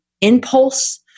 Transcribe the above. impulse